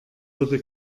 würde